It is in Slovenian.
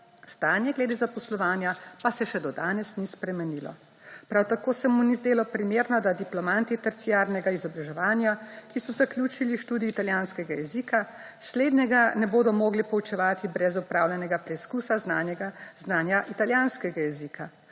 stanje glede zaposlovanja pa se še do danes ni spremenilo. Prav tako se mu ni zdelo primerno, da diplomanti terciarnega izobraževanja, ki so zaključili študij italijanskega jezika, slednjega ne bodo mogli poučevati brez opravljenega preizkusa znanja italijanskega jezika.